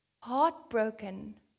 heartbroken